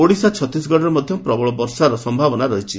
ଓଡ଼ିଶା ଛତିଶଗଡରେ ମଧ ପ୍ରବଳ ବର୍ଷା ସମ୍ଭାବନା ରହିଛି